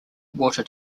water